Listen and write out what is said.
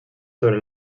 sobre